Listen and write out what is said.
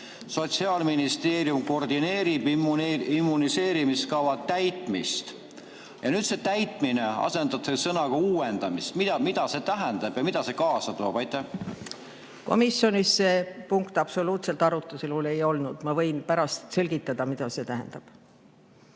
"Sotsiaalministeerium koordineerib immuniseerimiskava täitmist." Ja nüüd see "täitmist" asendatakse sõnaga "uuendamist". Mida see tähendab ja mida see kaasa toob? Komisjonis see punkt absoluutselt arutusel ei olnud. Ma võin pärast isiklikult selgitada, mida see tähendab.